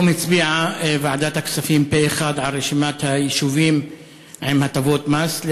היום הצביעה ועדת הכספים פה אחד על רשימת היישובים עם הטבות מס,